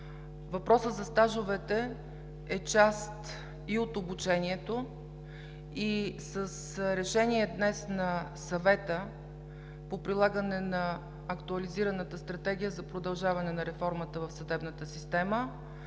Въпросът за стажовете е част и от обучението. С решение днес на Съвета по прилагане на Актуализираната стратегия за продължаване на реформата в съдебната система